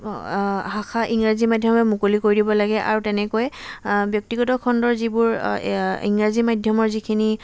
শাখা ইংৰাজী মাধ্যমে মুকলি কৰি দিব লাগে আৰু তেনেকৈ ব্যক্তিগত খণ্ডৰ যিবোৰ ইংৰাজী মাধ্যমৰ যিখিনি